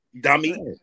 dummy